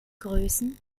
größen